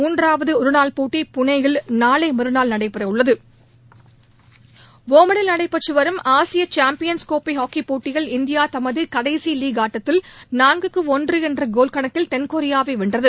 மூன்றாவது ஒருநாள் போட்டி புனேயில் நாளை மறுநாள் நடைபெற உள்ளது ஒமனில் நடைபெற்றுவரும் ஆசிய சேம்பியன்ஸ் கோப்பை ஹாக்கி போட்டியில் இந்தியா தமது கடைசி லீக் ஆட்டத்தில் நான்கு ஒன்று என்ற கோல் கணக்கில் தென்கொரியாவை வென்றது